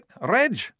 Reg